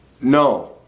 No